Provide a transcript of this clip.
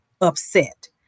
upset